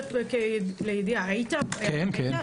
שואלת לידיעה: היית שם?